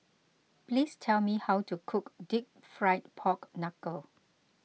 please tell me how to cook Deep Fried Pork Knuckle